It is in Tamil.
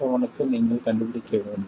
7 க்கு நீங்கள் கண்டுபிடிக்க வேண்டும்